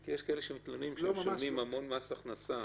כי יש כאלה שמתלוננים שהם משלמים המון מס הכנסה.